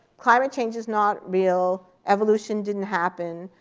climate change is not real, evolution didn't happen,